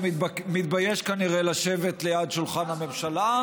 שמתבייש כנראה לשבת ליד שולחן הממשלה,